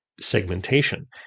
segmentation